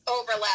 overlap